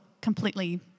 completely